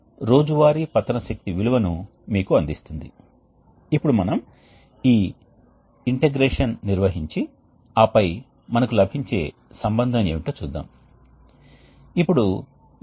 ఉష్ణ బదిలీ అనేది వేడి ద్రవం నుండి చల్లని ద్రవానికి నిల్వ మాధ్యమం ద్వారా ఉంటుంది కొంత సమయం వరకు ఉంటుంది ద్రవ ఆవిరి నుండి నిల్వ మాధ్యమం లేదా మాతృక లో వేడి అనేది నిల్వ చేయబడుతుంది మరియు కొంత సమయం వరకు నిల్వ చేయబడిన వేడి అనేది చల్లని ప్రవాహానికి బదిలీ చేయబడుతుంది